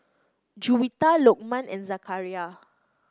Juwita Lokman and Zakaria